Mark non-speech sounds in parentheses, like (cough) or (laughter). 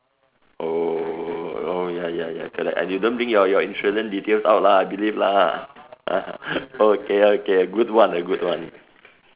oh ya ya ya correct ah you don't bring your your insurance details out lah I believe lah !huh! (laughs) okay okay good one good one